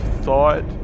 thought